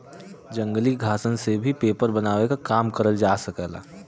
जंगली घासन से भी पेपर बनावे के काम करल जा सकेला